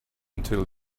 until